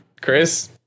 Chris